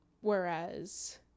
Whereas